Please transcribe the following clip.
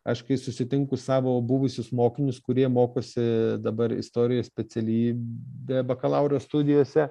aš kai susitinku savo buvusius mokinius kurie mokosi dabar istorijos specialybę bakalauro studijose